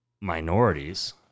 minorities